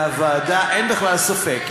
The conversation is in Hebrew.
אין בכלל ספק,